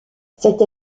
cette